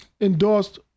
endorsed